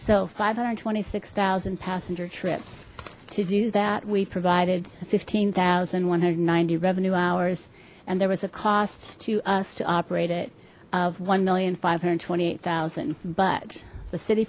so five hundred and twenty six zero passenger trips to do that we provided fifteen zero one hundred and ninety revenue hours and there was a cost to us to operate it of one million five hundred twenty eight thousand but the city